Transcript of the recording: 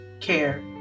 care